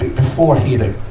before he had, ah,